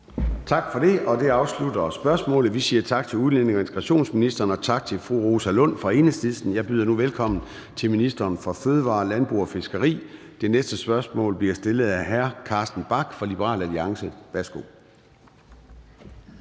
Tak for det. Det afslutter spørgsmålet. Vi siger tak til udlændinge- og integrationsministeren og tak til fru Rosa Lund fra Enhedslisten. Jeg byder nu velkommen til ministeren for fødevarer, landbrug og fiskeri. Det næste spørgsmål bliver stillet af hr. Carsten Bach fra Liberal Alliance. Kl.